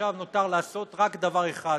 ועכשיו נותר לעשות רק דבר אחד: